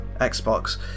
Xbox